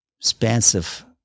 expansive